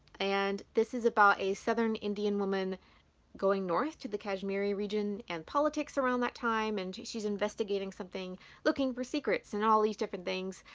and this is about a southern indian woman going north to the kashmir region and politics around that time, and she's investigating something looking for secrets and all these different things.